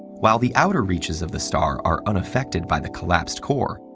while the outer reaches of the star are unaffected by the collapsed core,